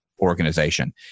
organization